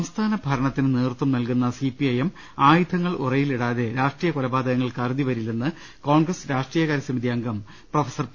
സംസ്ഥാന ഭരണത്തിന് നേതൃത്വം നൽകുന്ന സി പി ഐ എം ആയുധങ്ങൾ ഉറയിലിടാതെ രാഷ്ട്രീയ കൊലപാതകങ്ങൾക്ക് അറുതി വരി ല്ലെന്ന് കോൺഗ്രസ് രാഷ്ട്രീയകാര്യസമിതി അംഗം പ്രൊഫസർ പി